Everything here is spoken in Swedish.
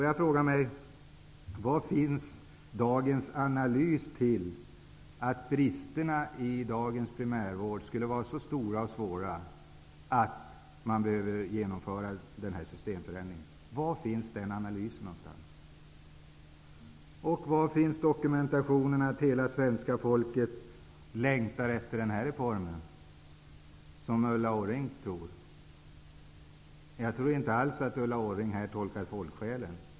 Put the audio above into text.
Jag frågar mig: Var finns den analys som visar att bristerna i dagens primärvård är så stora och svåra att den här systemförändringen behöver genomföras? Var finns dokumentationen över att hela svenska folket längtar efter den här reformen, som Ulla Orring tror? Jag tror inte alls att Ulla Orring tolkar folksjälen.